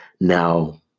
Now